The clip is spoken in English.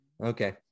Okay